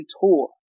tour